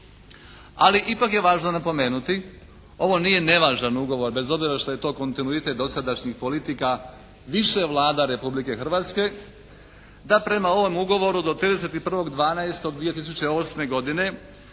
Ali ipak je važno napomenuti ovo nije nevažan ugovor bez obzira što je to kontinuitet dosadašnjih politika više vlada Republike Hrvatske da prema ovom ugovoru do 31.12.2008. godine